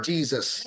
Jesus